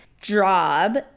job